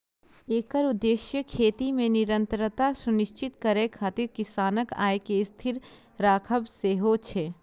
एकर उद्देश्य खेती मे निरंतरता सुनिश्चित करै खातिर किसानक आय कें स्थिर राखब सेहो छै